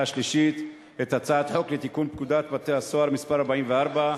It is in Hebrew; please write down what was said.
שלישית את הצעת חוק לתיקון פקודת בתי-הסוהר (מס' 43),